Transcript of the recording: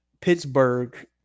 Pittsburgh